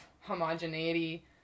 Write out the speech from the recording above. homogeneity